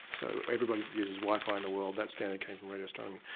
so, everybody that uses wifi in the world, that standard came from radio astronomy.